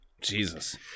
Jesus